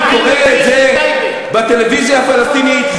אני רואה את זה בטלוויזיה הפלסטינית,